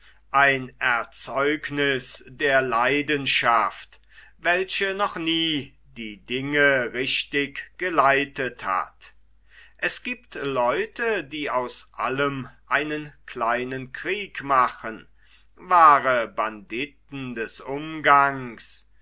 ein erzeugniß der leidenschaft welche noch nie die dinge richtig geleitet hat es giebt leute die aus allem einen kleinen krieg machen wahre banditen des umgangs